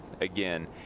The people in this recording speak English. again